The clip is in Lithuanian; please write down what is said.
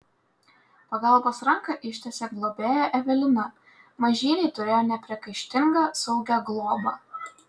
pagalbos ranką ištiesė globėja evelina mažyliai turėjo nepriekaištingą saugią globą